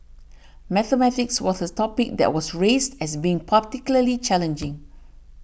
mathematics was this topic that was raised as being particularly challenging